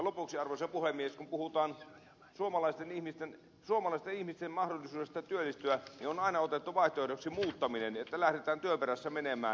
lopuksi arvoisa puhemies kun puhutaan suomalaisten ihmisten mahdollisuudesta työllistyä niin on aina otettu vaihtoehdoksi muuttaminen että lähdetään työn perässä menemään